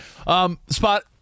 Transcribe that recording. Spot